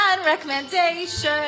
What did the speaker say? recommendation